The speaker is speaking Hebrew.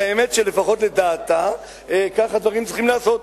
את האמת שלפחות לדעתה כך הדברים צריכים להיעשות.